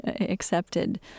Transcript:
accepted